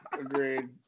Agreed